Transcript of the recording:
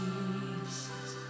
Jesus